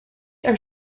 are